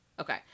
okay